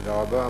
תודה רבה.